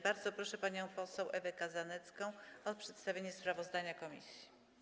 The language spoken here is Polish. Bardzo proszę panią poseł Ewę Kozanecką o przedstawienie sprawozdania komisji.